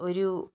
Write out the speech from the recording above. ഒരു